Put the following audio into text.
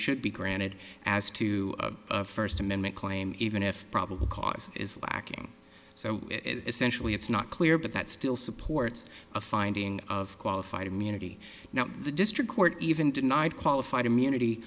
should be granted as to a first amendment claim even if probable cause is lacking so it's sensually it's not clear but that still supports a finding of qualified immunity now the district court even denied qualified immunity